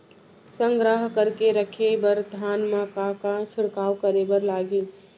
संग्रह करके रखे बर धान मा का का छिड़काव करे बर लागही?